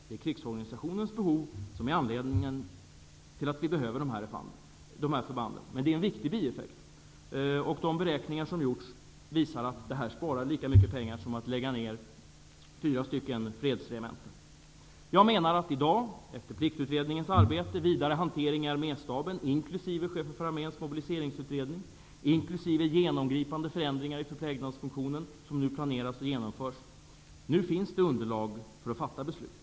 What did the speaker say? Det är krigsorganisationens behov som är anledningen till att dessa förband behövs. De beräkningar som har gjorts visar att man genom detta sparar lika mycket pengar som man hade gjort om man hade lagt ned fyra fredsregementen. Efter Pliktutredningens arbete, efter frågans vidare hantering i Arméstaben, efter Chefen för Arméns mobiliseringsutredning och efter de genomgripande förändringar i förplägnadsfunktionen som nu planeras och genomförs finns det underlag för att fatta beslut.